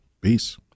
Peace